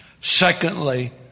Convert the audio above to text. Secondly